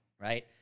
Right